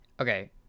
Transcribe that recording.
okay